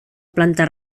planta